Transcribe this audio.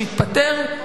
שיתפטר,